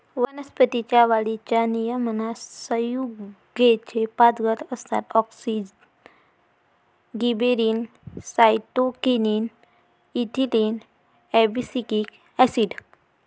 वनस्पतीं च्या वाढीच्या नियमनात संयुगेचे पाच गट असतातः auxin, gibberellin, cytokinin, ethylene, abscisic acid